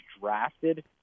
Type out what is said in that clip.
drafted